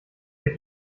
der